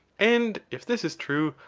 and if this is true,